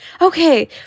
Okay